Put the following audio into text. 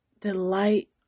delight